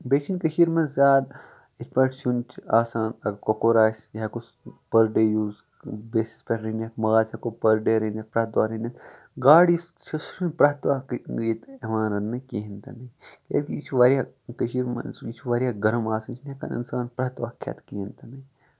بیٚیہِ چھِ نہٕ کٔشیٖر منٛز زیادٕ یِتھ پٲٹھۍ سیُن چھُ آسان کۄکُر آسہِ یہِ ہٮ۪کو پٔر ڈے یوٗز بیسس پٮ۪ٹھ رٔنِتھ ماز ہٮ۪کو پٔر ڈے رٔنِتھ پرٮ۪تھ دۄہ رٔنِتھ گاڈ یُس چھُ سُہ چھِ نہٕ پرٮ۪تھ دۄہ ییٚتہِ یِوان رَنٕنہ کِہینۍ تہِ نہٕ کیازکہِ یہِ چھُ واریاہ کٔشیٖر منٛز یہِ چھ واریاہ گرُم آسان یہ چھِ نہٕ ہٮ۪کان اِنسان پرٮ۪تھ دۄھ کھٮ۪تھ کِہینۍ تہِ نہٕ